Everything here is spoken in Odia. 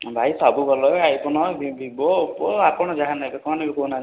ଭାଇ ସବୁ ଭଲ ଆଇଫୋନ୍ ଭିବୋ ଓପୋ ଆପଣ ଯାହା ନେବେ କଣ ନେବେ କହୁନାହାନ୍ତି